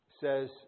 says